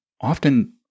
often